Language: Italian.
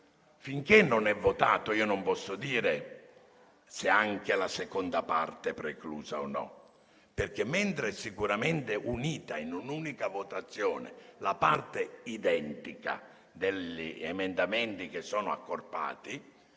votato un emendamento, non posso dire se anche la seconda parte è preclusa o no, perché, mentre è sicuramente unita in un'unica votazione la parte identica degli emendamenti accorpati,